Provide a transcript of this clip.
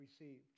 received